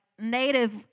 native